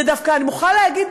זה דווקא אני מוכרחה להגיד,